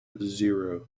zero